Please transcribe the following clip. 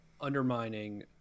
undermining